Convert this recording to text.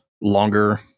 longer